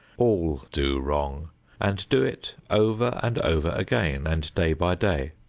all do wrong and do it over and over again, and day by day.